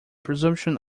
presumption